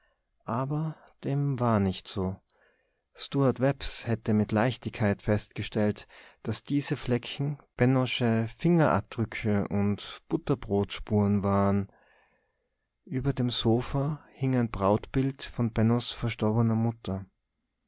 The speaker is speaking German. aber dem war nicht so stuart webbs hätte mit leichtigkeit festgestellt daß diese flecken bennosche fingerabdrücke und butterbrotspuren waren über dem sofa hing ein brautbild von bennos verstorbener mutter